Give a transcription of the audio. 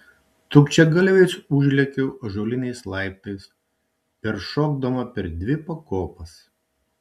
trūkčiagalviais užlėkiau ąžuoliniais laiptais peršokdama per dvi pakopas